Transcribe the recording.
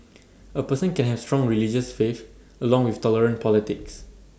A person can have strong religious faith along with tolerant politics